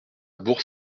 bourg